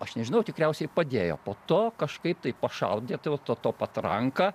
aš nežinau tikriausiai padėjo po to kažkaip tai pašaudė tai va to patranka